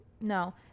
No